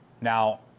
Now